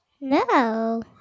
No